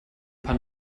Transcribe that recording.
pan